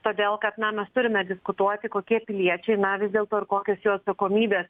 todėl kad na mes turime diskutuoti kokie piliečiai na vis dėlto ir kokios jų atsakomybės